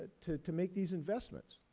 to to make these investments.